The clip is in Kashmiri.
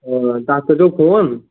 تَتھ کٔرۍزیٚو فون